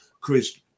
Chris